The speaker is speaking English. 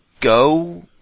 go